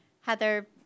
Heather